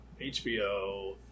HBO